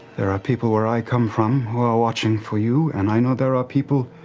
there are people where i come from who are watching for you and i know there are people